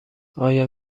آیا